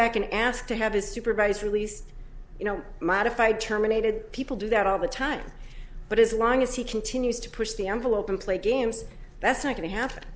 back and ask to have his supervisor least you know modified terminated people do that all the time but as long as he continues to push the envelope and play games that's not going to happen